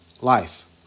life